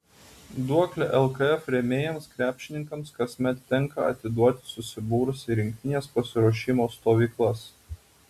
duoklę lkf rėmėjams krepšininkams kasmet tenka atiduoti susibūrus į rinktinės pasiruošimo stovyklas